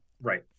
Right